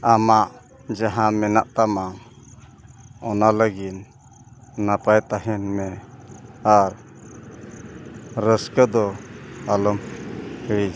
ᱟᱢᱟᱜ ᱡᱟᱦᱟᱸ ᱢᱮᱱᱟᱜ ᱛᱟᱢᱟ ᱚᱱᱟ ᱞᱟᱹᱜᱤᱫ ᱱᱟᱯᱟᱭ ᱛᱟᱦᱮᱱᱢᱮ ᱟᱨ ᱨᱟᱹᱥᱠᱟᱹᱫᱚ ᱟᱞᱚᱢ ᱦᱤᱲᱤᱧᱟ